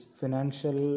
financial